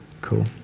Cool